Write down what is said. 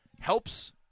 helps